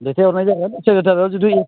दैथाइ हरनाय जागोन सेक्रेटारियेटआव जुदि